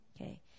okay